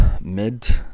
mid